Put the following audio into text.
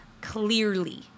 clearly